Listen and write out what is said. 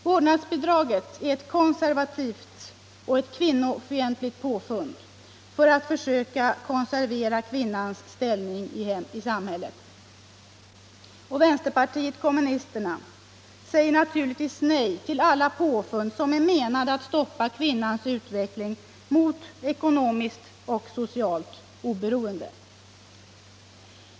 Vårdnadsbidraget är ett konservativt och kvinnofientligt påfund för att försöka konservera kvinnans ställning i samhället. Vänsterpartiet kommunisterna säger nej till alla påfund som är menade att stoppa kvinnans utveckling mot ekonomiskt och socialt oberoende.